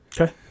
Okay